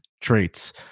traits